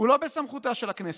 הוא לא בסמכותה של הכנסת.